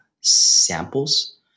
samples